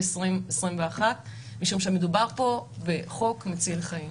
2021 משום שמדובר פה בחוק מציל חיים.